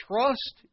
trust